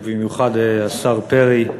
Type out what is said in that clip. ובמיוחד השר פרי,